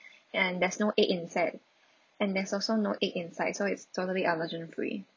and there's no egg inside and there's also no egg inside so it's totally allergen free